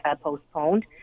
postponed